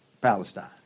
Palestine